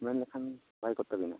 ᱢᱮᱱ ᱞᱮᱠᱷᱟᱱ ᱱᱟᱯᱟᱭ ᱠᱚᱜ ᱛᱟᱹᱵᱤᱱᱟ